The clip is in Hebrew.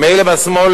עם אלה מהשמאל,